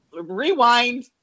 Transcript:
rewind